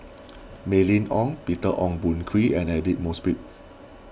Mylene Ong Peter Ong Boon Kwee and Aidli Mosbit